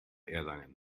erlangen